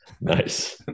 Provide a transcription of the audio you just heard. Nice